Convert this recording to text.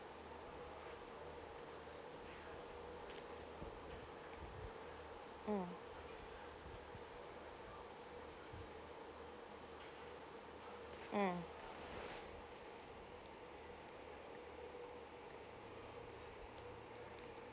mm mm